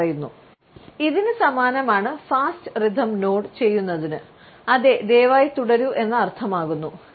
" ഇതിനു സമാനമാണ് fast rhythm nod ചെയ്യുന്നതിന് "അതെ ദയവായി തുടരൂ" എന്ന് അർത്ഥമാക്കുന്നു